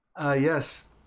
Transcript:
Yes